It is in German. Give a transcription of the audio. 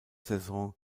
saison